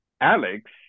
Alex